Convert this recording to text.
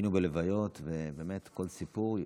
היינו בלוויות, ובאמת כל סיפור יוצא מהלב.